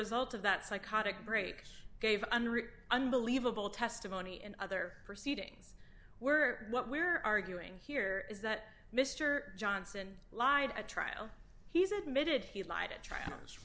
result of that psychotic break gave unbelievable testimony and other proceedings were what we're arguing here is that mr johnson lied at trial he's admitted he lied to tr